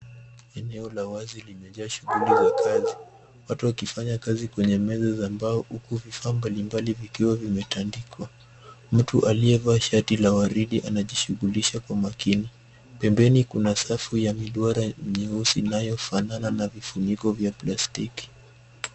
Eneo la wazi limejaa shughuli za kazi, watu wakifanya kazi kwenye meza mbao huku vifaa mbalimbali vikiwa vimetandikwa. Mtu aliyevaa shati la waridi anajishughulisha kwa makini. Pembeni kuna safu ya midwara nyeusi inayofanana na vifuniko vya plastiki.